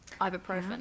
ibuprofen